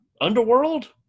Underworld